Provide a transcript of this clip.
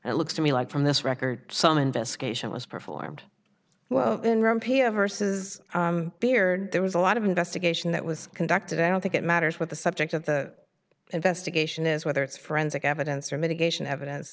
and it looks to me like from this record some investigation was performed well in rumpy of hearses beard there was a lot of investigation that was conducted i don't think it matters what the subject of the investigation is whether it's forensic evidence or mitigation evidence